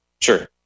Sure